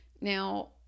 Now